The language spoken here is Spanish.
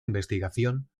investigación